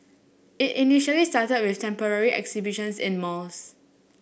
it initially started with temporary exhibitions in malls